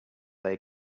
they